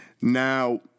Now